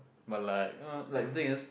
but like uh like the thing is